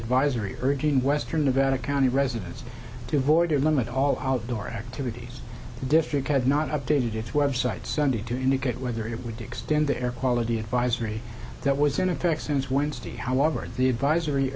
advisory urging western nevada county residents to avoid and limit all outdoor activities the district had not updated its website sunday to indicate whether it would extend the air quality advisory that was in effect since wednesday however the advisory